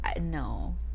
no